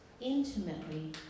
intimately